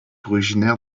originaire